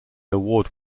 award